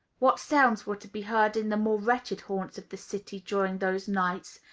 what sounds were to be heard in the more wretched haunts of the city, during those nights,